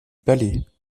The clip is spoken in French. palais